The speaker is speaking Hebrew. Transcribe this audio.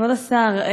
כבוד השר,